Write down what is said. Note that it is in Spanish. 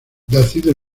nacido